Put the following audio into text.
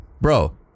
bro